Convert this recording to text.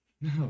No